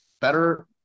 better